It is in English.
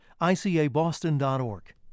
ICABoston.org